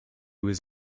was